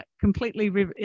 Completely